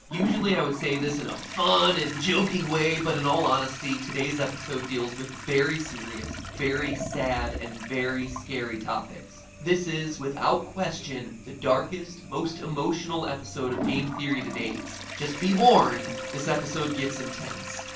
usually i would say this in a fun and joking way, but in all honesty, today's episode deals with very serious, very sad, and very scary topics. this is, without question, the darkest, most emotional episode of game theory to date. just be warned this episode gets intense.